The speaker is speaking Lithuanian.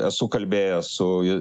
esu kalbėjęs su